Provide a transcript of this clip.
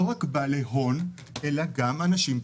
לא רק בעלי הון אלא גם אנשים פרטיים.